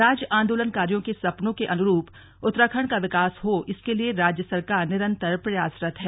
राज्य आन्दोलनकारियों के सपनों के अनुरूप उत्तराखण्ड का विकास हो इसके लिए राज्य सरकार निरन्तर प्रयासरत है